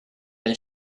and